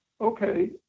okay